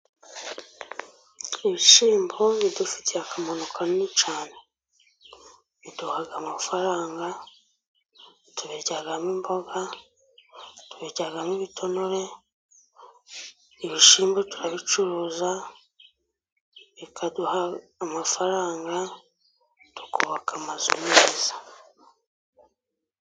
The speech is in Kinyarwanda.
Ibishyimbo bidufitiye akamaro kanini cyane: biduha amafaranga, tubiryagamo imboga, tubiryagamo ibitonore, ibishyimbo turabicuruza bikaduha amafaranga tukubaka amazu meza.